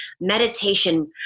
meditation